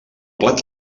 plat